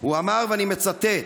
הוא אמר, ואני מצטט: